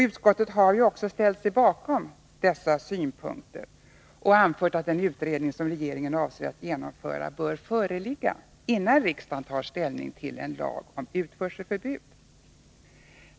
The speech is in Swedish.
Utskottet har också ställt sig bakom dessa synpunkter och anfört, att den utredning som regeringen avser att genomföra bör föreligga innan riksdagen tar ställning till en lag om utförselförbud.